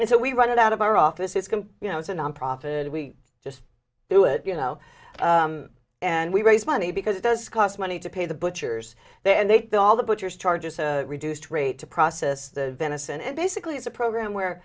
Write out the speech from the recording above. and so we run it out of our office is you know it's a nonprofit we just do it you know and we raise money because it does cost money to pay the butchers there and they pay all the butchers charges a reduced rate to process the venison and basically it's a program where